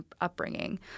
upbringing